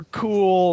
cool